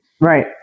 Right